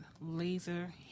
laser